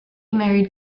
married